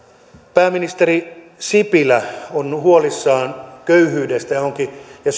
pääministeri sipilä on huolissaan köyhyydestä ja